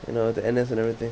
you know the N_S and everything